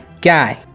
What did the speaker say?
guy